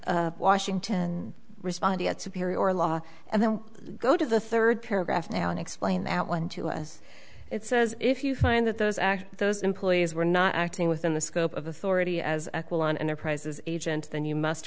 washington responding at superior law and then go to the third paragraph now and explain that one to us it says if you find that those those employees were not acting within the scope of authority as well on enterprises agents then you must